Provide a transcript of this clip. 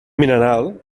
mineral